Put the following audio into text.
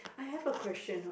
I have a question